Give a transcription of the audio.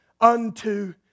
unto